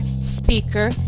speaker